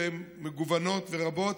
והן מגוונות ורבות,